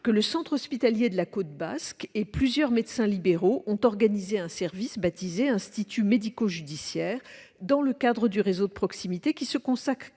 que le centre hospitalier de la Côte Basque et plusieurs médecins libéraux ont organisé un service baptisé Institut médico-judiciaire, dans le cadre du réseau de proximité, qui se consacre